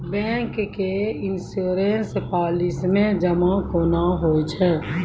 Bank के insurance policy मे जमा केना होय छै?